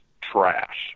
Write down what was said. trash